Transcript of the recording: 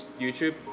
YouTube